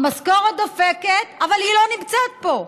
המשכורת דופקת, אבל היא לא נמצאת פה.